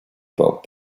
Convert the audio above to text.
about